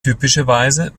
typischerweise